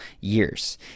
years